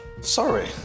Sorry